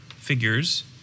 figures